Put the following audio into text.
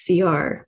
CR